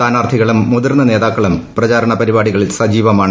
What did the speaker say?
സ്ഥാനാർത്ഥികളും മുതിർന്ന നേതാക്കളും പ്രചാരണ പരിപാടികളിൽ സജീവമാണ്